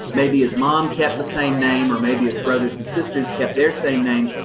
maybe his mom kept the same name or maybe his brothers and sisters kept their same names,